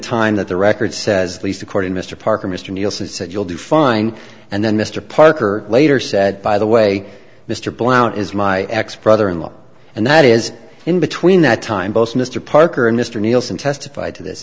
time that the record says least according mr parker mr nielsen said you'll do fine and then mr parker later said by the way mr blount is my ex brother in law and that is in between that time both mr parker and mr neilson testified to this